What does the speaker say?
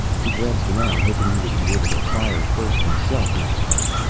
he glanced around, hoping he would be able to fire first himself, next time.